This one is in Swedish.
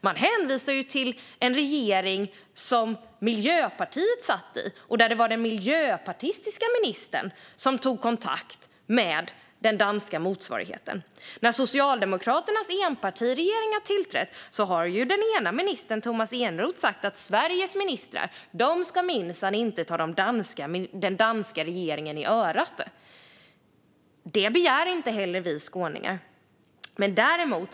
Man hänvisar till den regering som Miljöpartiet satt med i, och det var den miljöpartistiska ministern som tog kontakt med den danska motsvarigheten. Sedan Socialdemokraternas enpartiregering tillträdde har den ena ministern, Tomas Eneroth, sagt att Sveriges ministrar minsann inte ska ta den danska regeringen i örat. Det begär inte vi skåningar heller.